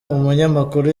umunyamakuru